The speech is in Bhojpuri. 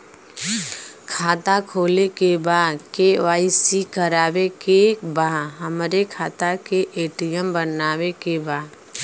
खाता खोले के बा के.वाइ.सी करावे के बा हमरे खाता के ए.टी.एम मगावे के बा?